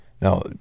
now